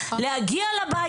להגיע לבית